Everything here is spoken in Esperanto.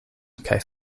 kaj